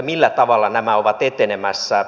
millä tavalla nämä ovat etenemässä